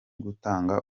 gutanga